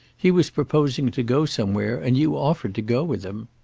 he was proposing to go somewhere, and you offered to go with him.